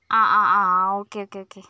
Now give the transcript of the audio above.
ആ ആ ആ ആ ഓക്കെ ഓക്കെ ഓക്കെ